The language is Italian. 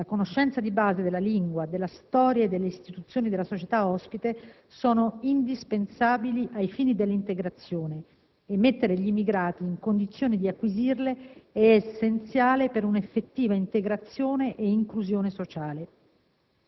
"la conoscenza di base della lingua, della storia e delle istituzioni della società ospite sono indispensabili ai fini dell'integrazione e mettere gli immigrati in condizione di acquisirle è essenziale per un'effettiva integrazione e inclusione sociale".